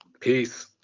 peace